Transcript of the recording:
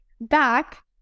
back